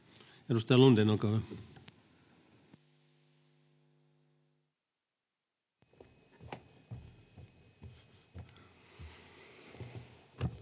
Edustaja Huru, olkaa hyvä.